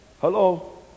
hello